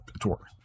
tour